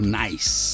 nice